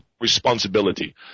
responsibility